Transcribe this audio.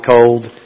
cold